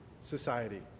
society